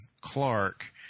Clark